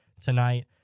tonight